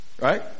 right